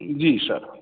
जी sir